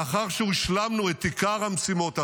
לאחר שהשלמנו את עיקר המשימות הללו,